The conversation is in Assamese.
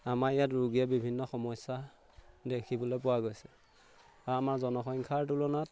আমাৰ ইয়াত ৰোগীয়ে বিভিন্ন সমস্যা দেখিবলৈ পোৱা গৈছে আৰু আমাৰ জনসংখ্যাৰ তুলনাত